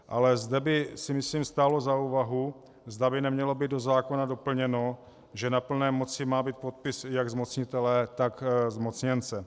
Ale zde by, si myslím, stálo za úvahu, zda by nemělo být do zákona doplněno, že na plné moci má být podpis jak zmocnitele, tak zmocněnce.